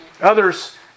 Others